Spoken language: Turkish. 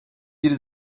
bir